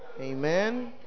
Amen